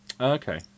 okay